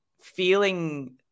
feeling